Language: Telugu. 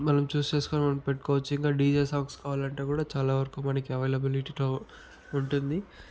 మనం చూసి చేసుకోని మనం పెట్టుకోవచ్చు ఇంకా డిజే సాంగ్స్ కావాలంటే కూడా చాలావరకు మనకి అవైలబిలిటీలో ఉంటుంది